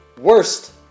worst